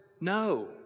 No